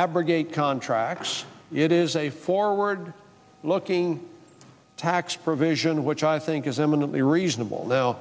abrogate contracts it is a forward looking tax provision which i think is eminently reasonable now